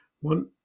one